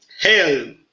hell